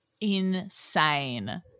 insane